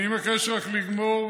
אני מבקש רק לגמור,